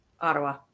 Ottawa